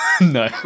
no